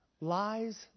Lies